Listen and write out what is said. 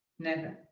never.